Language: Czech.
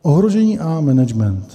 Ohrožení a management.